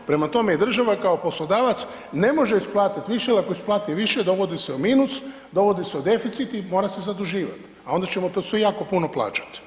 Prema tome, država kao poslodavac ne može isplatiti više jel ako isplati dovodi se u minus, dovodi se u deficit i mora se zaduživat, a onda ćemo to sve jako puno plaćat.